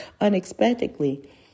unexpectedly